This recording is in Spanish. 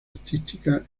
artística